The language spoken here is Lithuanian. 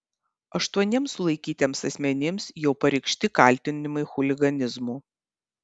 aštuoniems sulaikytiems asmenims jau pareikšti kaltinimai chuliganizmu